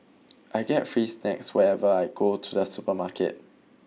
I get free snacks whenever I go to the supermarket